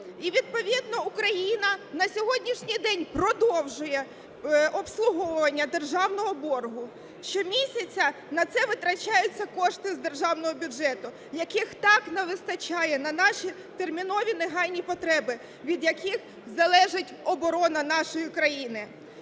І відповідно Україна на сьогоднішній день продовжує обслуговування державного боргу, щомісяця на це витрачаються кошти з державного бюджету, яких так не вистачає на наші термінові, негайні потреби, від яких залежить оборона нашої країни.